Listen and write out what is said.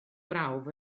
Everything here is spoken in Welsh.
brawf